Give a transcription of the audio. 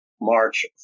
March